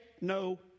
no